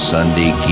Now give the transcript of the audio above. Sunday